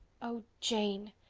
oh, jane,